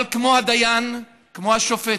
אבל כמו הדיין, כמו השופט,